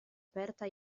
aperta